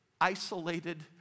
isolated